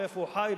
ואיפה הוא חי,